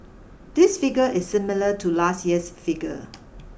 this figure is similar to last year's figure